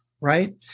right